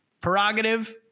prerogative